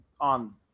on